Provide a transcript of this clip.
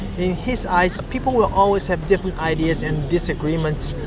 in his eyes, people will always have different ideas and disagreements,